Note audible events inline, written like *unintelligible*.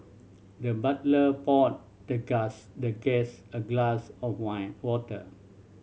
the butler poured the *unintelligible* the guess a glass of wine water